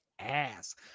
ass